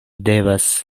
devas